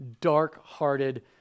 dark-hearted